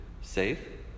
save